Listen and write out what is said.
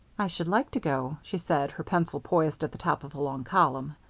i should like to go, she said, her pencil poised at the top of a long column.